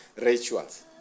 rituals